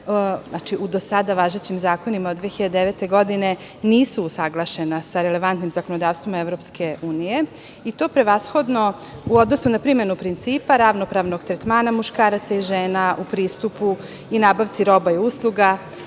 znači u do sada važećim zakonima od 2009. godine, nisu usaglašena sa relevantnim zakonodavstvom EU i to prevashodno, u odnosu na primenu principa, ravnopravnog tretmana muškaraca i žena u pristupu i nabavci roba i usluga